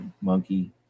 Monkey